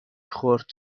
خورد